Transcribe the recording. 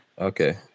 okay